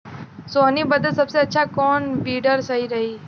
सोहनी बदे सबसे अच्छा कौन वीडर सही रही?